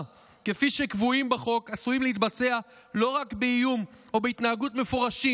כפי שקבועים בחוק עשויים להתבצע לא רק באיום או בהתנהגות מפורשים